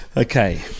Okay